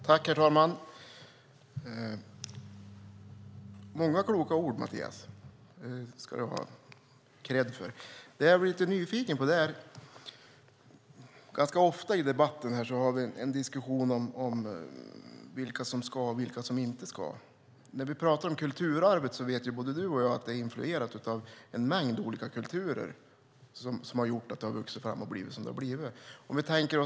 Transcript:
Herr talman! Det var många kloka ord, Mattias. Det ska du ha kredd för. Men det jag blir lite nyfiken på är att vi ganska ofta i debatten har en diskussion om vilka som ska och vilka som inte ska. När vi pratar om kulturarvet vet både Mattias Karlsson och jag att det är influerat av en mängd olika kulturer som har gjort att det har vuxit fram och blivit som det har blivit.